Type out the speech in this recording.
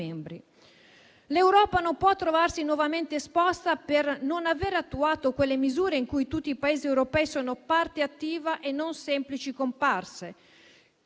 L'Europa non può trovarsi nuovamente esposta per non aver attuato le misure in cui tutti i Paesi europei sono parte attiva e non semplici comparse.